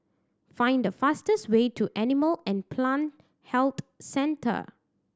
find the fastest way to Animal and Plant Health Centre